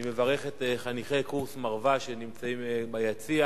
אני מברך את חניכי קורס "מרווה" שנמצאים ביציע,